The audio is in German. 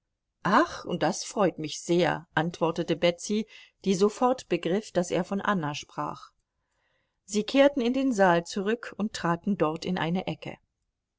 ach das freut mich sehr antwortete betsy die sofort begriff daß er von anna sprach sie kehrten in den saal zurück und traten dort in eine ecke